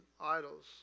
idols